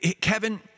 Kevin